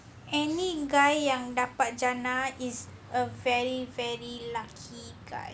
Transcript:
any guy yang dapat jannah is a very very lucky guy